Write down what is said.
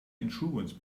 insurance